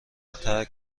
ترک